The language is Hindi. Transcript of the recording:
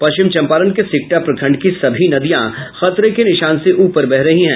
पश्चिम चंपारण के सिकटा प्रखंड की सभी नदियां खतरे के निशान से ऊपर बह रही हैं